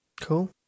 Cool